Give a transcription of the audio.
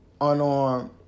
unarmed